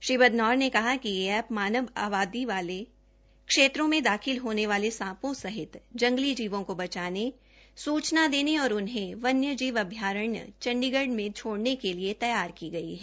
श्री बदनौल ने कहा कि यह एप्प मानव आबादी वाले क्षत्रों में दाखिल होने वाले सांपों सहित जंगली जीवों को बचाने सूचना देने और उन्हें वन्य जीव अभ्यारणय चंडीगढ़ में छोड़ने के लिए तैयार की गई है